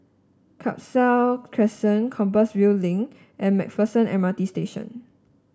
Khalsa Crescent Compassvale Link and MacPherson M R T Station